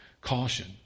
caution